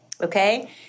Okay